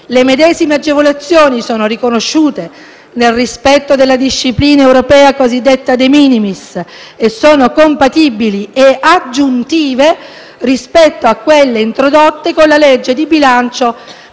Le medesime agevolazioni sono riconosciute nel rispetto della disciplina europea cosiddetta *de minimis* e sono compatibili ed aggiuntive rispetto a quelle introdotte con la legge di bilancio